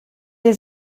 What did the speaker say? dir